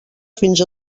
fins